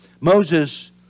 Moses